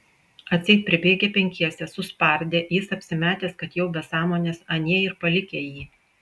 atseit pribėgę penkiese suspardę jis apsimetęs kad jau be sąmonės anie ir palikę jį